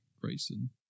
Grayson